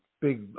big